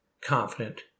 confident